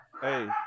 Hey